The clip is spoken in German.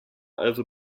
also